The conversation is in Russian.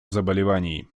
заболеваний